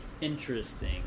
Interesting